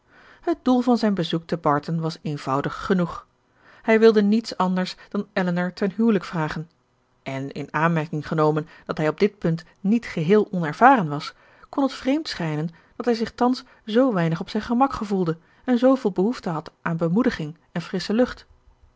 het doel van zijn bezoek te barton was eenvoudig genoeg hij wilde niets anders dan elinor ten huwelijk vragen en in aanmerking genomen dat hij op dit punt niet geheel onervaren was kon het vreemd schijnen dat hij zich thans zoo weinig op zijn gemak gevoelde en zooveel behoefte had aan bemoediging en frissche lucht